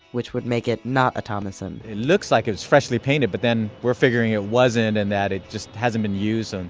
which would make it not a thomasson. it looks like it was freshly painted but then we're figuring that it wasn't and that it just hasn't been used, and